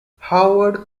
howard